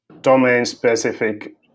domain-specific